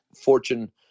fortune